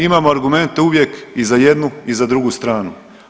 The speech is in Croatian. Imamo argumente uvijek i za jednu i za drugu stranu.